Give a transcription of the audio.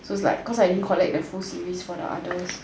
so it's like cause I didn't collect the whole series for the others